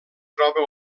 troba